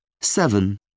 Seven